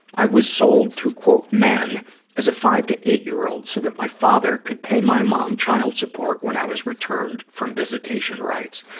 i was sold to men as a five to eight-year-old so that my father could pay my mom child support when i was returned from visitation rights.